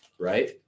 right